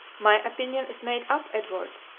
my opinion is made up, edward,